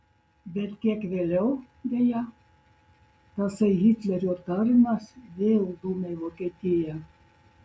bet kiek vėliau deja tasai hitlerio tarnas vėl dumia į vokietiją